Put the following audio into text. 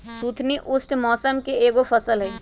सुथनी उष्ण मौसम के एगो फसल हई